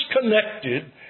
connected